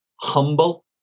Humble